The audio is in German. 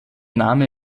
name